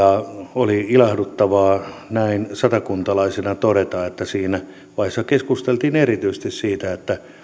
oli ilahduttavaa näin satakuntalaisena todeta että siinä vaiheessa keskusteltiin erityisesti siitä että